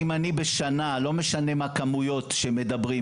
לא משנה מה הכמויות עליהן מדברים,